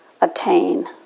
attain